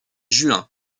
juin